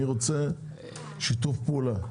אני רוצה שיתוף פעולה.